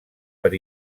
per